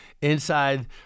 inside